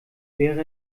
wäre